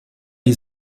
die